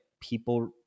people